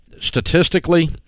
Statistically